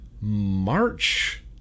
March